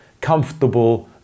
comfortable